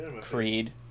Creed